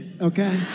okay